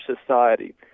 society